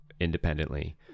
Independently